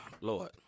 Lord